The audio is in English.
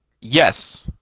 Yes